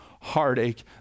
heartache